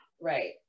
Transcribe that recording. Right